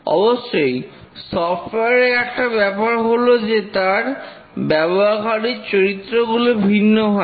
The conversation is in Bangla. অবশ্যই সফটওয়্যার এর একটা ব্যাপার হল যে তার ব্যবহারকারীর চরিত্রগুলো ভিন্ন হয়